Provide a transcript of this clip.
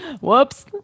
Whoops